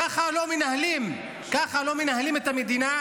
ככה לא מנהלים, ככה לא מנהלים את המדינה.